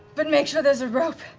but make sure there's a rope.